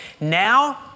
Now